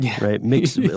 right